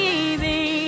easy